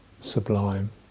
sublime